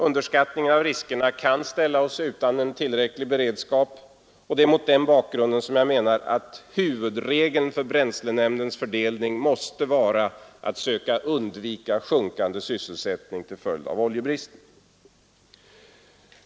Underskattning av riskerna kan ställa oss utan en tillräcklig beredskap. Det är mot denna bakgrund som jag menar att en huvudregel för bränslenämndens fördelning måste vara att söka undvika sjunkande sysselsättning till följd av oljebrist.